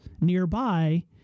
nearby